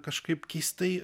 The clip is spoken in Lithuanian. kažkaip keistai